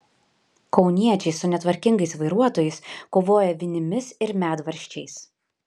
kauniečiai su netvarkingais vairuotojais kovoja vinimis ir medvaržčiais